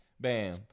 bam